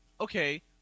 okay